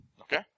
Okay